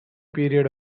period